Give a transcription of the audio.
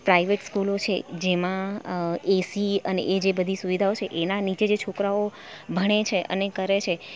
private સ્કૂલો છે જેમાં એસી અને એ જે બધી સુવિધાઓ છે એના નીચે જે છોકરાઓ ભણે છે અને કરે છે